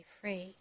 free